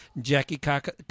Jackie